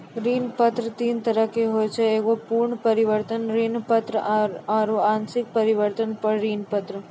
ऋण पत्र तीन तरहो के होय छै एगो पूर्ण परिवर्तनीय ऋण पत्र आरु आंशिक परिवर्तनीय ऋण पत्र